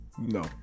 No